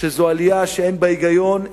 שזו עלייה שאין בה היגיון,